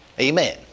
Amen